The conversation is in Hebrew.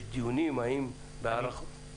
יש דיונים האם --- מצטער,